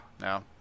No